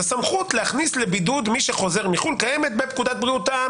הסמכות להכניס לבידוד מי שחוזר מחו"ל קיימת בפקודת בריאות העם.